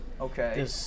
Okay